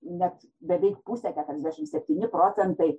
net beveik pusė keturiasdešimt septyni procentai